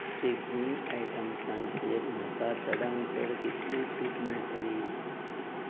seasoning आयटम्सांचेर म्हाका चडान चड कितली सूट मेळटली